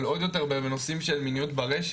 אבל עוד יותר בנושאים של מיניות ברשת,